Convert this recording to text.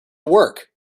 work